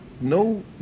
no